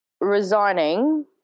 resigning